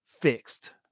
fixed